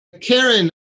Karen